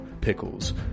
Pickles